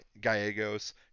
Gallegos